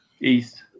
East